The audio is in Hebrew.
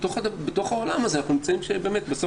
בתוך העולם הזה אנחנו נמצאים באמת כשבסוף